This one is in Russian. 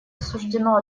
осуждено